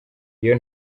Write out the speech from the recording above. iyo